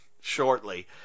shortly